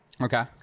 Okay